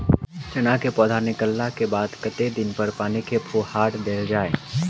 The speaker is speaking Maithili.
चना केँ पौधा निकलला केँ बाद कत्ते दिन पर पानि केँ फुहार देल जाएँ?